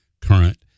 current